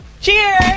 Cheers